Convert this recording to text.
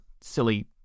silly